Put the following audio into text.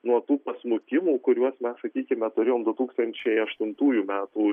nuo tų pasmukimų kuriuos mes sakykime turėjome du tūkstančiai aštuntųjų metų